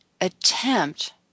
attempt